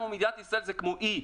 שמדינת ישראל זה כמו אי.